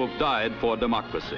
who have died for democracy